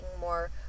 more